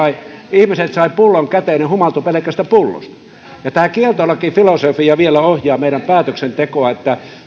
ihmiset saivat pullon käteen he humaltuivat pelkästä pullosta tämä kieltolakifilosofia ohjaa vielä meidän päätöksentekoamme